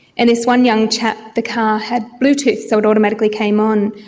and this one young chap, the car had bluetooth so it automatically came on.